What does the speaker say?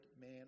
man